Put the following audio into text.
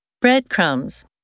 Breadcrumbs